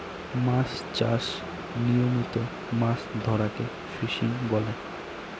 মাছ চাষ আর নিয়মিত মাছ ধরাকে ফিসিং বলে